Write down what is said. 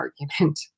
argument